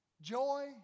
joy